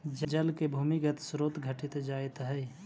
जल के भूमिगत स्रोत घटित जाइत हई